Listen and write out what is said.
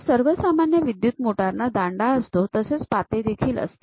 तर सर्वसामान्य विद्युत मोटार ना दांडा असतो तसेच पाते देखील असते